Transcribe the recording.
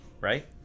right